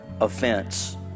offense